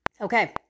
Okay